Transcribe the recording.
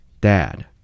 Dad